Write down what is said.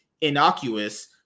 innocuous